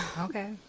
Okay